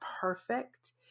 perfect